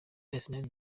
arsenal